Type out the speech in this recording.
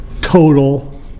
total